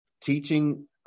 teaching